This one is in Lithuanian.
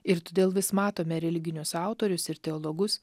ir todėl vis matome religinius autorius ir teologus